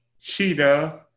Cheetah